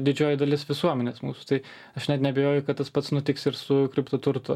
didžioji dalis visuomenės mūsų tai aš net neabejoju kad tas pats nutiks ir su kripto turto